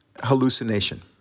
hallucination